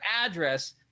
address